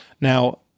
Now